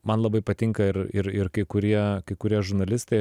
man labai patinka ir ir ir kai kurie kai kurie žurnalistai